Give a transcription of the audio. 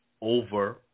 over